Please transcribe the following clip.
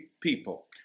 people